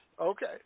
okay